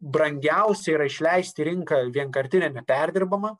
brangiausia yra išleisti į rinką vienkartinę neperdirbamą